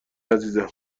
عزیزم